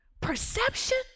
Perception